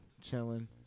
chilling